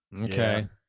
Okay